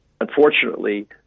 unfortunately